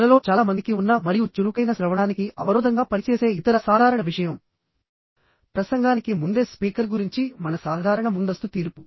మనలో చాలా మందికి ఉన్న మరియు చురుకైన శ్రవణానికి అవరోధంగా పనిచేసే ఇతర సాధారణ విషయం ప్రసంగానికి ముందే స్పీకర్ గురించి మన సాధారణ ముందస్తు తీర్పు